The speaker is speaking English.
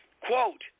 Quote